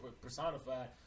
personified